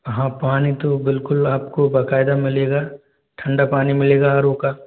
हाँ पानी तो बिल्कुल आप को बाक़ायदा मिलेगा ठंडा पानी मिलेगा आर ओ का